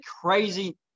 crazy